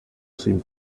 sin